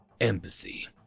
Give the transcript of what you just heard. Empathy